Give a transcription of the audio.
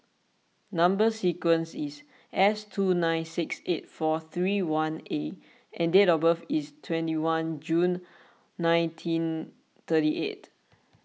Number Sequence is S two nine six eight four three one A and date of birth is twenty one June nineteen thirty eight